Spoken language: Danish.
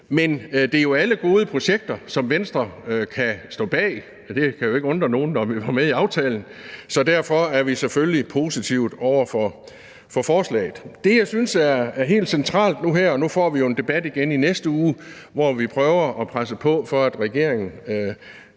ikke. Det er jo alle gode projekter, som Venstre kan stå bag – og det kan jo ikke undre nogen, når vi var med i aftalen, så derfor er vi selvfølgelig positive over for forslaget. Nu får vi jo en debat igen i næste uge, hvor vi prøver at presse på for, at regeringen